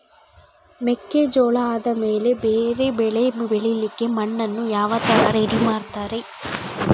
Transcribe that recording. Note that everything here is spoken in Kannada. ಮೆಕ್ಕೆಜೋಳ ಆದಮೇಲೆ ಬೇರೆ ಬೆಳೆ ಬೆಳಿಲಿಕ್ಕೆ ಮಣ್ಣನ್ನು ಯಾವ ತರ ರೆಡಿ ಮಾಡ್ತಾರೆ?